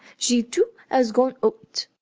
she, too, has gone out.